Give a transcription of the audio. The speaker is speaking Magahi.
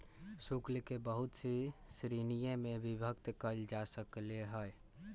शुल्क के बहुत सी श्रीणिय में विभक्त कइल जा सकले है